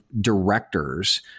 directors